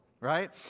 right